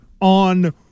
on